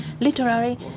literary